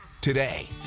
today